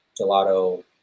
gelato